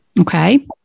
Okay